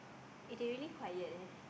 if they really quite leh